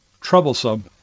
troublesome